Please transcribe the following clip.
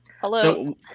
Hello